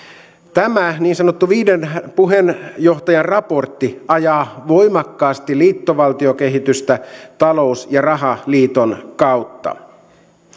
tämä niin sanottu viiden puheenjohtajan raportti ajaa voimakkaasti liittovaltiokehitystä talous ja rahaliiton kautta